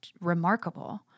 remarkable